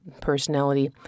personality